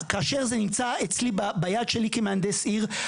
כאשר זה נמצא אצלי ביד שלי כמהנדס עיר,